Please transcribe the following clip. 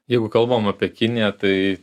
jeigu kalbam apie kiniją tai